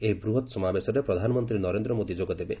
ଏହି ବୃହତ୍ ସମାବେଶରେ ପ୍ରଧାନମନ୍ତ୍ରୀ ନରେନ୍ଦ୍ର ମୋଦି ଯୋଗ ଦେବେ